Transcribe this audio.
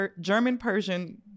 German-Persian